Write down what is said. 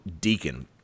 deacon